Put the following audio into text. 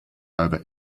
over